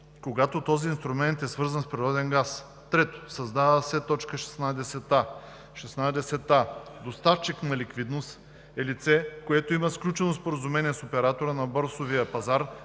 когато този инструмент е свързан с природен газ.“ 3. Създава се т. 16а: „16а. „Доставчик на ликвидност“ е лице, което има сключено споразумение с оператора на борсовия пазар